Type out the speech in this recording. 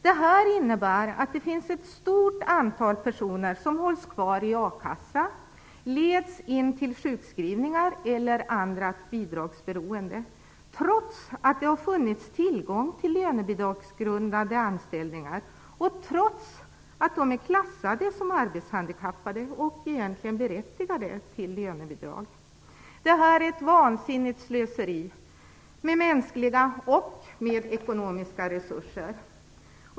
Detta innebär att ett stort antal personer hålls kvar i a-kassa, leds in till sjukskrivningar eller annat bidragsberoende, trots att det har funnits tillgång till lönebidragsgrundande anställningar och trots att de är klassade som arbetshandikappade och egentligen berättigade till lönebidrag. Detta är ett vansinnigt slöseri med mänskliga och ekonomiska resurser.